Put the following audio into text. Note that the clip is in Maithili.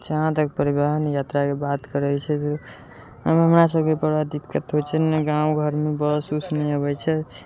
जहाँ तक परिवहन यात्राके बात करे छै तऽ ओइमे हमरा सबके बड़ा दिक्कत होइ छै गाँव घरमे बस उस नहि अबै छै